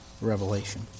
revelation